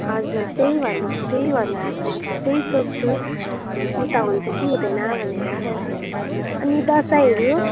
हजुर त्यही भन्नु त्यही भन्न आएको म त त्यही सोच्छु उता हुन्छ कि हुँदैन भनेर अनि दसैँहरू